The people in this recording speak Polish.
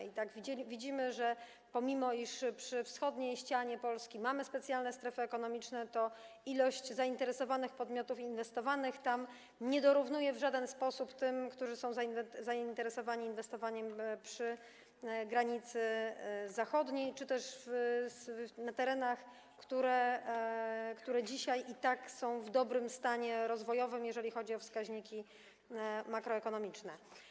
I tak widzimy, pomimo iż przy wschodniej ścianie Polski mamy specjalne strefy ekonomiczne, że ilość zainteresowanych podmiotów inwestowaniem tam nie dorównuje w żaden sposób ilości tych, którzy są zainteresowani inwestowaniem przy granicy zachodniej czy też na terenach, które dzisiaj i tak są w dobrym stanie rozwojowym, jeżeli chodzi o wskaźniki makroekonomiczne.